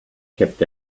kept